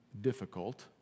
difficult